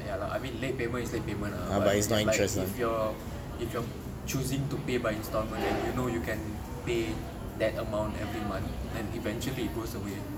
ya lah I mean late payments but like if you're if you're choosing to pay by instalment and you know you can pay that amount every month and eventually it goes away